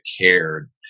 cared